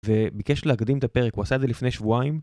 וביקש להקדים את הפרק הוא עשה את זה לפני שבועיים